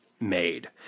made